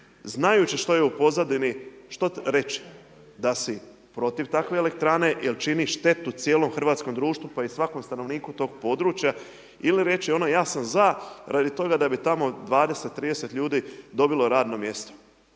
znajući što je u pozadini, što reći, da si protiv takve elektrane jer činiš štetu cijelom hrvatskom društvu pa i svakom stanovniku tog područja ili reći ono ja sam za radi toga da bi tamo 20, 30 ljudi dobilo radno mjesto.